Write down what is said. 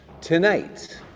tonight